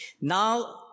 Now